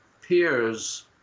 peers